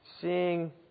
seeing